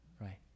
right